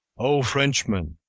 o frenchmen!